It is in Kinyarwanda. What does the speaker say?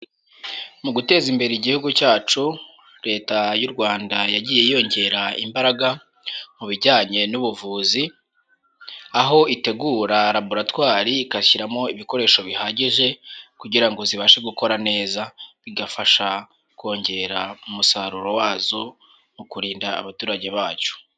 Mu guteza imbere igihugu cyacu Leta y'u Rwanda yagiye yongera imbaraga mu bijyanye n'ubuvuzi, aho itegura laboratwari, igashyiramo ibikoresho bihagije kugira ngo zibashe gukora neza, bigafasha kongera umusaruro wazo mu kurinda abaturage bacu.